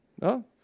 No